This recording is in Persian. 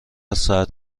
ساعت